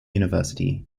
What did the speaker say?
university